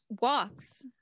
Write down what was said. walks